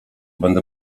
będę